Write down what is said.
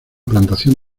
plantación